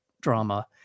drama